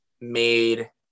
made